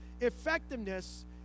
Effectiveness